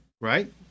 right